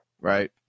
right